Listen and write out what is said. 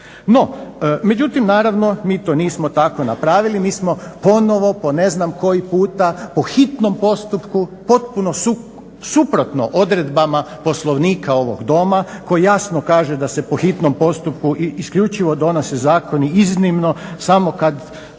No, međutim naravno mi to nismo tako napravili. Mi smo ponovno po ne znam koji puta po hitnom postupku potpuno suprotno odredbama Poslovnika ovog Doma koji jasno kaže da se po hitnom postupku isključivo donose zakoni iznimno samo kad